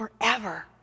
forever